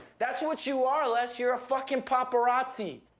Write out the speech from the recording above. that's what you are, les, you're a fucking paparazzi,